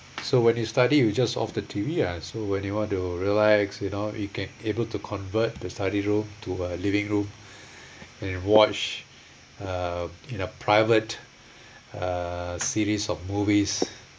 so when you study you just off the T_V ah so when you want to relax you know you can able to convert the study room to a living room and watch uh in a private uh series of movies